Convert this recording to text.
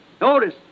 Notice